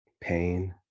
pain